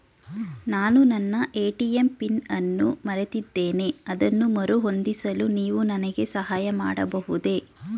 ನಾನು ನನ್ನ ATM PIN ಅನ್ನು ಮರೆತಿದ್ದೇನೆ ಅದನ್ನು ಮರುಹೊಂದಿಸಲು ನೀವು ನನಗೆ ಸಹಾಯ ಮಾಡಬಹುದೇ?